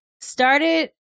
started